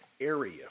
area